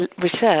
research